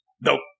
Nope